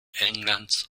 englands